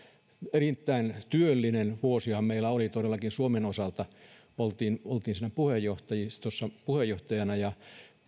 erittäin työntäyteinen vuosihan meillä oli todellakin suomen osalta oltiin oltiin siinä puheenjohtajistossa puheenjohtajana ja